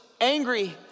angry